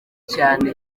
cyane